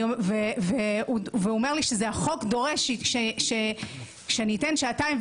והוא אומר לי שהחוק דורש כשאני אתן שעתיים,